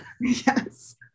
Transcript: Yes